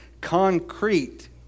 concrete